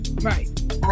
Right